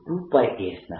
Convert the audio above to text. dl એ A